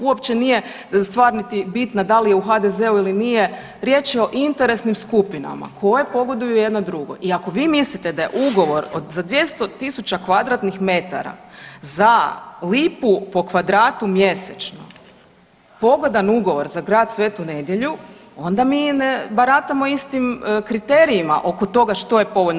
Uopće nije stvar niti bitna, da li je u HDZ-u ili nije, riječ je o interesnim skupinama koje pogoduju jedna drugoj i ako vi mislite da je ugovor o za 200 tisuća kvadratnih metara za lipu po kvadratu mjesečno pogodan ugovor za grad Svetu Nedelju, onda mi ne baratamo istim kriterijima oko toga što je povoljno.